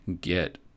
Get